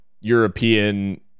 European